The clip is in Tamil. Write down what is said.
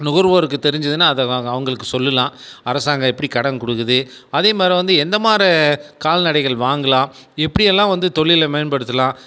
நுகர்வோருக்கு தெரிஞ்சுதுன்னா அத அவுங்களுக்கு சொல்லுலாம் அரசாங்கம் எப்டி கடன் குடுக்குது அதே மாரி வந்து எந்த மாரி கால்நடைகள் வாங்கலாம் எப்டியெல்லா வந்து தொழில மேம்படுத்தலாம்